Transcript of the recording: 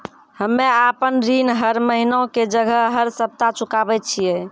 हम्मे आपन ऋण हर महीना के जगह हर सप्ताह चुकाबै छिये